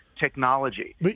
Technology